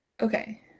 Okay